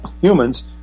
humans